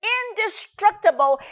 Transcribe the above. indestructible